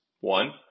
One